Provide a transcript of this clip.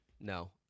No